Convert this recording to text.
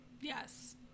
yes